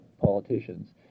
politicians